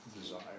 desire